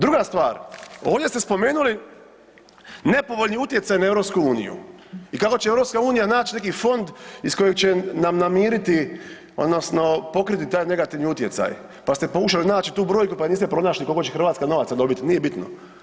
Druga stvar, ovdje ste spomenuli nepovoljni utjecaj na EU i kako će EU nać neki fond iz kojeg će nam namiriti odnosno pokriti taj negativni utjecaj, pa ste pokušali naći tu brojku, pa je niste pronašli koliko će Hrvatska novaca dobiti, nije bitno.